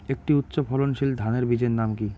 একটি উচ্চ ফলনশীল ধানের বীজের নাম কী?